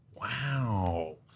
wow